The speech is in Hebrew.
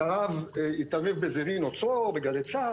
התערב בזה רינו צרור בגלי צה"ל,